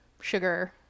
sugar